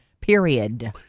Period